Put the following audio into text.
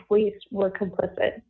police were complicit